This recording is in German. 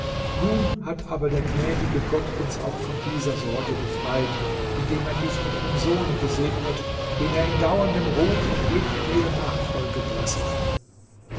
nun hat aber der gnädige gott uns auch von dieser sorge befreit indem er dich mit einem sohne gesegnet den er in dauerndem ruhm und glück dir nachfolgen lasse